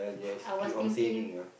I was thinking